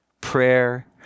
prayer